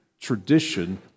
tradition